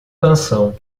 canção